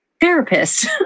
therapist